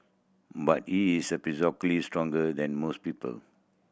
but he is stronger than most people